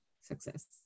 success